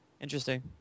Interesting